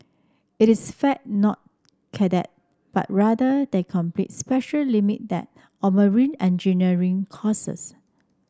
it is fact not cadet but rather they completed special limit deck or marine engineer courses